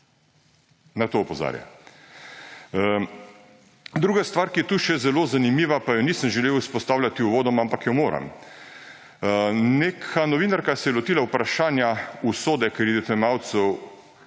Na to opozarja. Druga stvar, ki je tu še zelo zanimiva, pa je nisem želel izpostavljati uvodoma, ampak jo moram. Neka novinarka se je lotila vprašanja usode kreditojemalcev